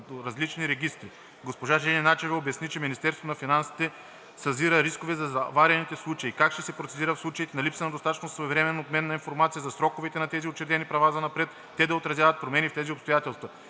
различни регистри. Госпожа Жени Начева обобщи, че Министерството на финансите съзира рискове за заварените случаи – как ще се процедира в случаите на липса на достатъчно своевременен обмен на информация за сроковете на тези учредени права занапред те да отразяват промени в тези обстоятелства.